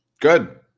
Good